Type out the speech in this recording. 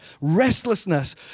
Restlessness